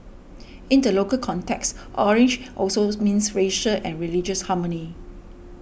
in the local context orange also means racial and religious harmony